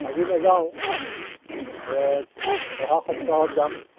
আজি নেযাওঁ অহা সপ্তাহত যাম